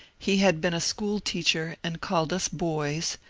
he had been a school-teacher, and called us boys,